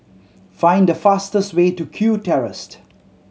find the fastest way to Kew